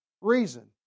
reason